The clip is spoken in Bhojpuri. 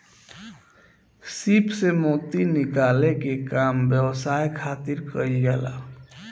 सीप से मोती निकाले के काम व्यवसाय खातिर कईल जाला